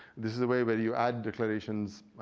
this is a way where you add declarations